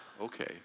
okay